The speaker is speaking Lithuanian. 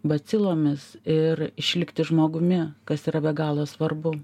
bacilomis ir išlikti žmogumi kas yra be galo svarbu